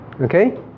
Okay